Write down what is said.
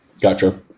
Gotcha